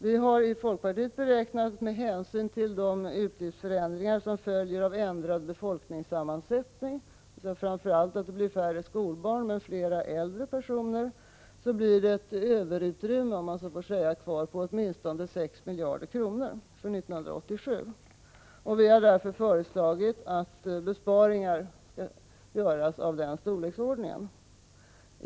Vi har i folkpartiet beräknat att det med hänsyn till de utgiftsförändringar som följer av ändrad befolkningssammansättning — framför allt att det blir färre skolbarn men flera äldre personer — blir kvar ett ”överutrymme” på åtminstone 6 miljarder kronor för 1987. Vi har därför föreslagit att besparingar skall göras av den storleksordningen.